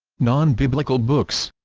non-biblical books